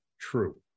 true